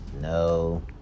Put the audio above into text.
no